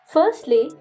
Firstly